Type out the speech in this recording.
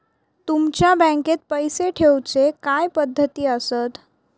तुमच्या बँकेत पैसे ठेऊचे काय पद्धती आसत?